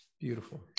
Beautiful